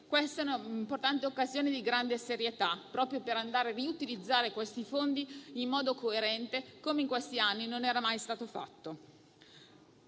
Questa è una importante occasione di grande serietà proprio per utilizzare questi fondi in modo coerente, come in questi anni non era mai stato fatto.